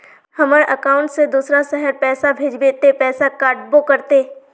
हमर अकाउंट से दूसरा शहर पैसा भेजबे ते पैसा कटबो करते?